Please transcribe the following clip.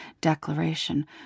declaration